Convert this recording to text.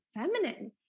feminine